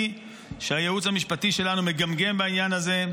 שהייעוץ המשפטי שלנו מגמגם בעניין הזה.